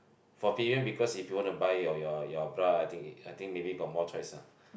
for female because if you want to buy your your your bra I think I think maybe got more choice ah